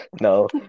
No